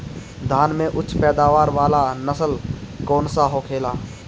धान में उच्च पैदावार वाला नस्ल कौन सा होखेला?